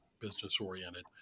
business-oriented